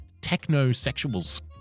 techno-sexuals